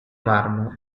marmo